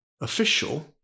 official